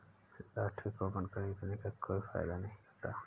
lottery coupon खरीदने का कोई फायदा नहीं होता है